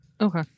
Okay